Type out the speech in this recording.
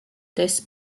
this